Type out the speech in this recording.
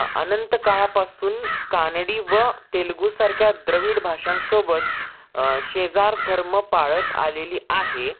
अनंत काळापासून कानडी व तेलुगूसारख्या द्रविड भाषांसोबत शेजारधर्म पाळत आलेली आहे